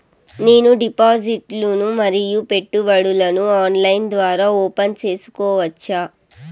నేను డిపాజిట్లు ను మరియు పెట్టుబడులను ఆన్లైన్ ద్వారా ఓపెన్ సేసుకోవచ్చా?